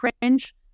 cringe